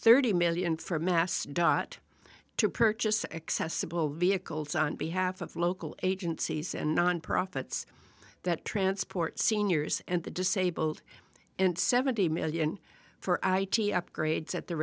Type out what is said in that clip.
thirty million for mass dot to purchase accessible vehicles on behalf of local agencies and non profits that transport seniors and the disabled and seventy million for upgrades at the